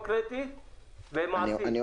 אנחנו לא יכולים למכור כרטיס לעוד חודשיים